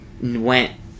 Went